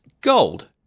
gold